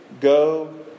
Go